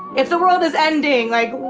if the world is ending. like,